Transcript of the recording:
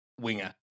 winger